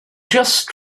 just